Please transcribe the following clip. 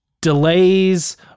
delays